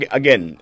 again